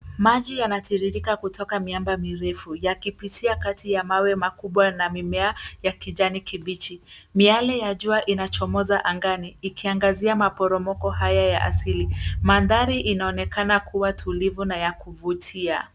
Maji yanatiririka kutoka miamba mirefu yakipitia kati ya mawe makubwa na mimea ya kijani kibichi. Miale ya jua inachomoza angani ikiangazia maporomoko haya ya asili. Mandhari inaonekana kuwa tulivu na ya kuvutia.